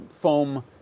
foam